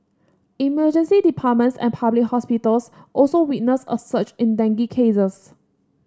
emergency departments at public hospitals also witnessed a surge in dengue cases